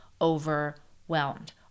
overwhelmed